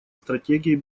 стратегией